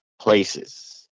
places